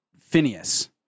Phineas